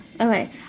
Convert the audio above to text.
Okay